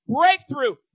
breakthrough